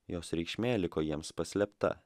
jos reikšmė liko jiems paslėpta